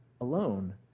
alone